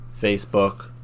Facebook